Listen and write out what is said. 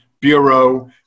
Bureau